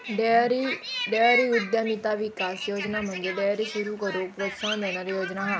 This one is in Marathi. डेअरी उद्यमिता विकास योजना म्हणजे डेअरी सुरू करूक प्रोत्साहन देणारी योजना हा